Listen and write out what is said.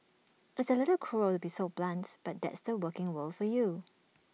it's A little cruel to be so blunt but that's the working world for you